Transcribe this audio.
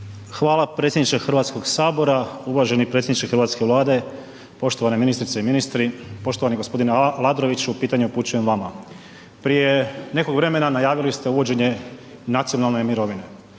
Hvala predsjedniče Hrvatskog sabora. Uvaženi predsjedniče Hrvatske vlade, poštovane ministrice i ministri, poštovani gospodine Aladroviću pitanje upućujem vama. Prije nekog vremena najavili ste uvođenje nacionalne mirovine,